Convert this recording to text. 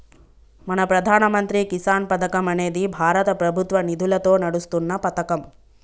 మన ప్రధాన మంత్రి కిసాన్ పథకం అనేది భారత ప్రభుత్వ నిధులతో నడుస్తున్న పతకం